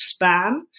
spam